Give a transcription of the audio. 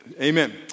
Amen